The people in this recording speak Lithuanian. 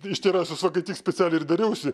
iš terasos va kaip tik specialiai ir dariausi